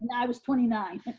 i was twenty nine.